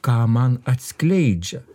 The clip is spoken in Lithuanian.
ką man atskleidžia